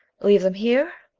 leave them here?